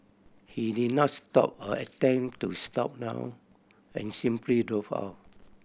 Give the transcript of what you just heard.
he did not stop or attempt to slow down and simply drove off